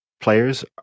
players